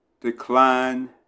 decline